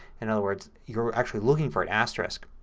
in other words you're actually looking for an asterisk,